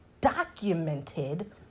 documented